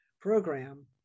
program